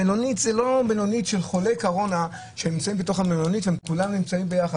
המלונית היא לא המלונית של חולי קורונה שכולם נמצאים ביחד.